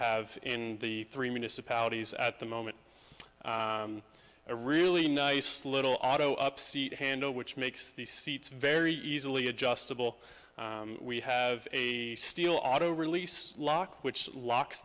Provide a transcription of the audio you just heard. have in the three municipalities at the moment a really nice little auto up seat handle which makes the seats very easily adjustable we have a steel auto release lock which locks